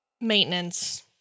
maintenance